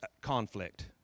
conflict